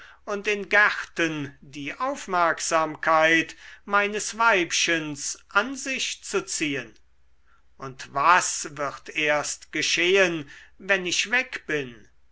und in gärten die aufmerksamkeit meines weibchens an sich zu ziehen und was wird erst geschehen wenn ich weg bin